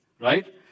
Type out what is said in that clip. right